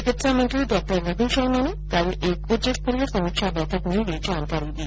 चिकित्सा मंत्री डॉ रघु शर्मा ने कल एक उच्च स्तरीय समीक्षा बैठक में यह जानकारी दी